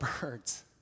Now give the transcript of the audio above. birds